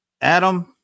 Adam